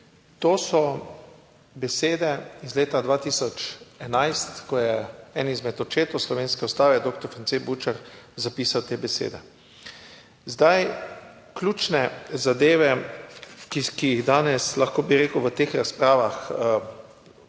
to so besede iz leta 2011, ko je eden izmed očetov slovenske ustave doktor France Bučar zapisal te besede. Ključne zadeve. Ki jih danes lahko, bi rekel v teh razpravah